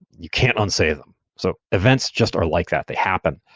you can't unsay them. so events just are like that. they happen,